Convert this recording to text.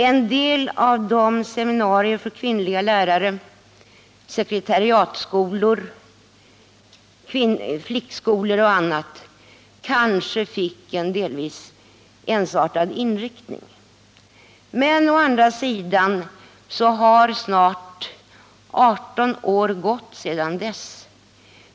En del av seminarierna för kvinnliga lärare, bl.a. sekretariatskolor och flickskolor, fick kanske en delvis ensartad inriktning. Men å andra sidan har snart 15 år gått sedan dess.